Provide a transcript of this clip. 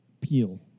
Peel